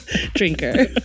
drinker